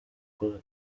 kuko